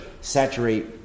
saturate